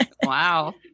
Wow